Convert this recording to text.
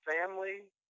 family